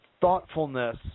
thoughtfulness